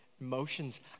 emotions